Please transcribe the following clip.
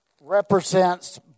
represents